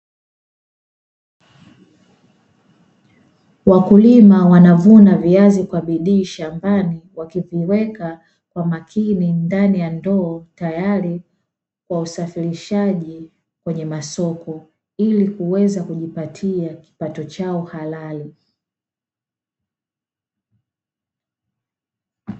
Wakulima wanavuna viazi kwa bidii shambani wakiviweka kwa makini ndani ya ndoo tayari kwa usafirishaji kwenye masoko ili kuweza kujipatia kipato chao halali.